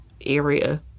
area